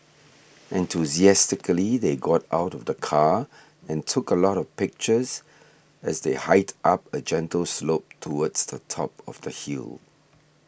enthusiastically they got out of the car and took a lot of pictures as they hiked up a gentle slope towards the top of the hill